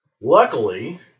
Luckily